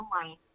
online